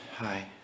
Hi